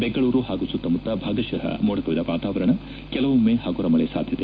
ಬೆಂಗಳೂರು ಹಾಗೂ ಸುತ್ತಮುತ್ತ ಭಾಗಶಃ ಮೋಡಕವಿದ ವಾತಾವರಣ ಕೆಲವೊಮ್ನೆ ಹಗುರ ಮಳೆ ಸಾಧ್ಯತೆ